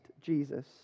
Jesus